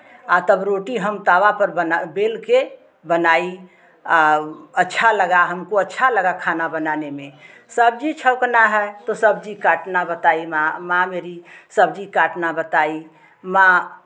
तब रोटी हम तवा पर बना बेल के बनाई अच्छा लगा हमको अच्छा लगा खाना बनाने में सब्जी छौंकना है तो सब्जी काटना बताई माँ माँ मेरी सब्जी काटना बताई माँ